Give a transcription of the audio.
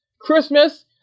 Christmas